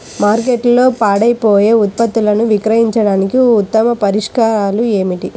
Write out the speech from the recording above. మార్కెట్లో పాడైపోయే ఉత్పత్తులను విక్రయించడానికి ఉత్తమ పరిష్కారాలు ఏమిటి?